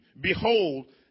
Behold